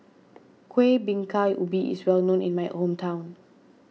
Kuih Bingka Ubi is well known in my hometown